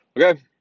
Okay